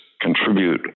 contribute